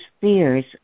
fears